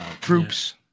troops